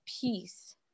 peace